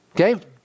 okay